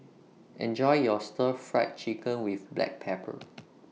Enjoy your Stir Fried Chicken with Black Pepper